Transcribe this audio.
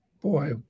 boy